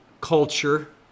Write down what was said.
culture